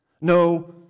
No